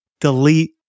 delete